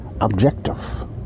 objective